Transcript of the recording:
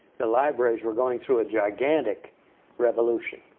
the libraries were going through a gigantic revolution.